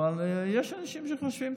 יש אנשים שחושבים,